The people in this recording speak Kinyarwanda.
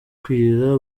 kwira